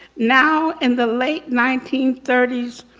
now in the late nineteen thirty s,